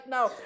Now